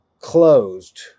closed